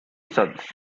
sons